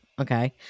okay